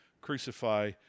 crucify